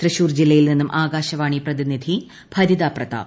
തൃശൂർ ജില്ലയിൽ നിന്നും ആകാശവാണി പ്രതിനിധി ഭരിത പ്രതാപ്